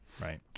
right